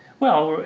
well,